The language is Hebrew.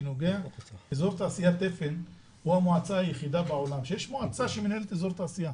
אזור התעשייה תפן הוא המועצה היחידה בעולם מועצה שמנהלת אזור תעשייה.